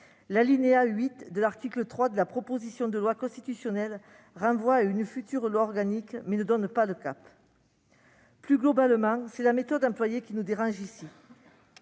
l'alinéa 8 de l'article 3 de la proposition de loi constitutionnelle renvoie à une future loi organique, mais ne donne pas de cap. Plus globalement, la méthode employée nous dérange.